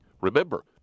Remember